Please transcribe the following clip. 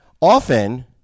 often